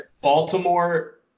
Baltimore